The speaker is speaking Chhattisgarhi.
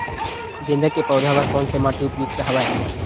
गेंदा के पौधा बर कोन से माटी उपयुक्त हवय?